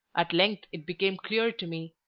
at length it became clear to me,